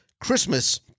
christmas